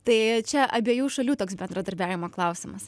tai čia abiejų šalių toks bendradarbiavimo klausimas